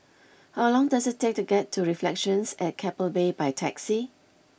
how long does it take to get to Reflections at Keppel Bay by taxi